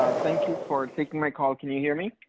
ah thank you for taking my call, can you hear me?